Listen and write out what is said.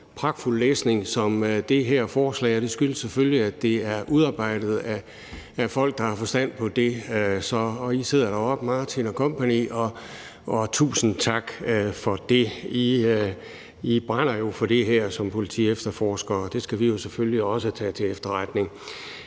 pragtfuld læsning som det her forslag. Det skyldes selvfølgelig, at det er udarbejdet af folk, der har forstand på det. Og I sidder oppe på tilhørerpladserne, Martin og kompagni, og tusind tak for det. I brænder jo for det her som politiefterforskere, og det skal vi selvfølgelig også tage til efterretning.